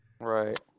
right